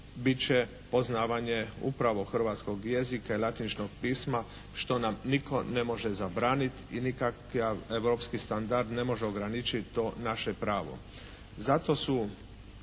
bit će poznavanje upravo hrvatskog jezika i latiničnog pisma što nam nitko ne može zabraniti i nikakav europski standard ne može ograničiti to naše pravo. Zato su